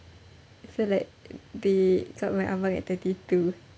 so like they got my abang at thirty two